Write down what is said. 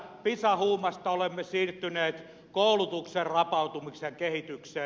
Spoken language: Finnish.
pisa huumasta olemme siirtyneet koulutuksen rapautumisen kehitykseen